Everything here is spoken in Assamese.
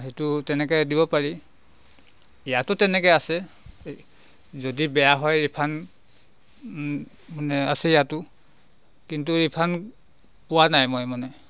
সেইটো তেনেকৈ দিব পাৰি ইয়াতো তেনেকৈ আছে যদি বেয়া হয় ৰিফাণ্ড মানে আছে ইয়াতো কিন্তু ৰিফাণ্ড পোৱা নাই মই মানে